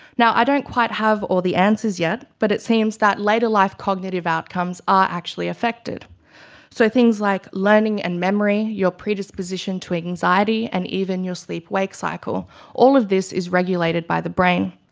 i don't quite have all the answers yet, but it seems that later life cognitive outcomes are actually affected so things like learning and memory, your predisposition to anxiety, and even your sleep wake cycle all of this is regulated by the brain.